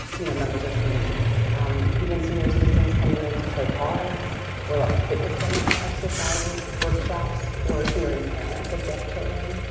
you know members of community even senior citizens coming in to play cards or like a fitness center exercises workshops for hearing parents of deaf children